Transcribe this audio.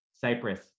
Cyprus